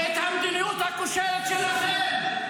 ואת המדיניות הכושלת שלכם?